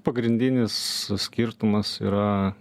pagrindinis skirtumas yra